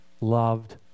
loved